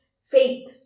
faith